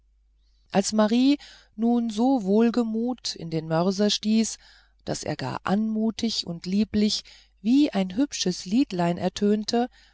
als marie nun so wohlgemut in den mörser stieß daß er gar anmutig und lieblich wie ein hübsches liedlein ertönte